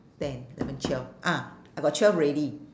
ten eleven twelve ah I got twelve already